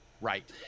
right